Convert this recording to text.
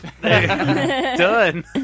Done